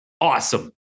awesome